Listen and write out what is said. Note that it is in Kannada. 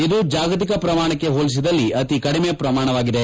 ಇದು ಜಾಗತಿಕ ಪ್ರಮಾಣಕ್ಕೆ ಹೋಲಿಸಿದಲ್ಲಿ ಅತಿ ಕಡಿಮೆ ಪ್ರಮಾಣವಾಗಿದೆ